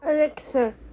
Alexa